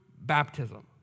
baptism